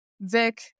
Vic